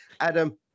Adam